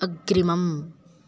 अग्रिमम्